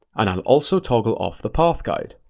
and i'll also toggle off the path guide.